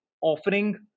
offering